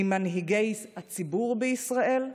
ממנהיגי הציבור בישראל,